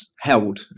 held